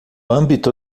âmbito